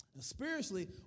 Spiritually